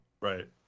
Right